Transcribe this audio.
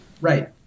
right